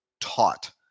taught